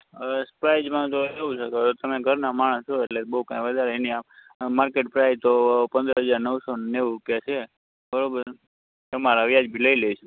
હવે પ્રાઇજમાં તો કેવું છે તમે ઘરના માણસ છો એટલે બહુ કાંઈ વધારે એની માર્કેટ પ્રાઈજ તો પંદર હજાર નવસો નેવું રૂપિયા છે બરોબર તમારા વ્યાજબી લઈ લઈશું